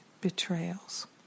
betrayals